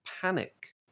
Panic